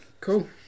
Cool